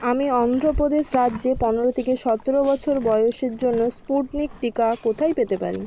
আমি অন্ধ্রপ্রদেশ রাজ্যে পনেরো থেকে সতেরো বছর বয়সের জন্য স্পুটনিক টিকা কোথায় পেতে পারি